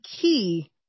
key